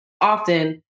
often